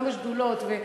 גם בשדולות,